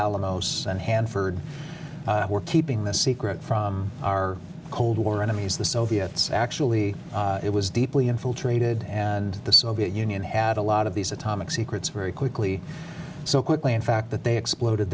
alamos and hanford were keeping this secret from our cold war enemies the soviets actually it was deeply infiltrated and the soviet union had a lot of these atomic secrets very quickly so quickly in fact that they exploded